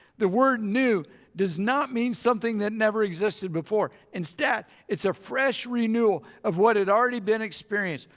the word new does not mean something that never existed before. instead it's a fresh renewal of what had already been experienced.